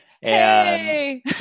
Hey